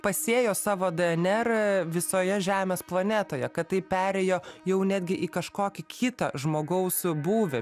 pasėjo savo dnr visoje žemės planetoje kad tai perėjo jau netgi į kažkokį kitą žmogaus būvį